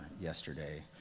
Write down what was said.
yesterday